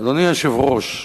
אדוני היושב-ראש,